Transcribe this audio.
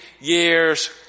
years